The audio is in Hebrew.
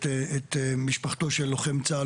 את משפחתו של לוחם צה"ל,